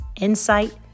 insight